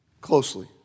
closely